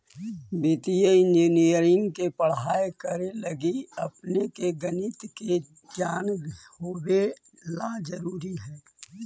वित्तीय इंजीनियरिंग के पढ़ाई करे लगी अपने के गणित के ज्ञान होवे ला जरूरी हई